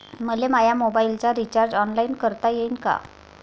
मले माया मोबाईलचा रिचार्ज ऑनलाईन करता येईन का?